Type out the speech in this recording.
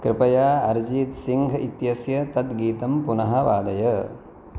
कृपया अर्जीत् सिङ्घ् इत्यस्य तद् गीतं पुनः वादय